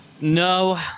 No